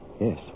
Yes